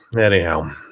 Anyhow